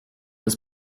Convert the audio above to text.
ist